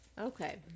Okay